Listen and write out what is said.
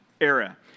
era